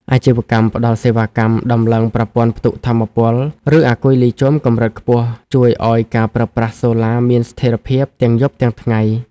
អាជីវកម្មផ្ដល់សេវាកម្មដំឡើងប្រព័ន្ធផ្ទុកថាមពល ឬអាគុយលីចូមកម្រិតខ្ពស់ ជួយឱ្យការប្រើប្រាស់សូឡាមានស្ថិរភាពទាំងយប់ទាំងថ្ងៃ។